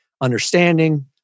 understanding